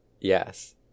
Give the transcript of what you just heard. Yes